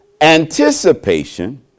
Anticipation